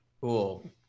Cool